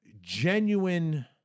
genuine